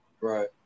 Right